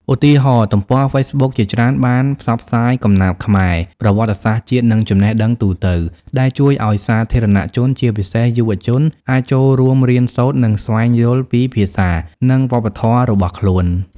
ឧទាហរណ៍ ទំព័រហ្វេសប៊ុកជាច្រើនបានផ្សព្វផ្សាយកំណាព្យខ្មែរ ប្រវត្តិសាស្ត្រជាតិ និងចំណេះដឹងទូទៅ ដែលជួយឱ្យសាធារណជន ជាពិសេសយុវជន អាចចូលរួមរៀនសូត្រ និងស្វែងយល់ពីភាសា និងវប្បធម៌របស់ខ្លួន។